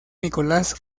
nicolás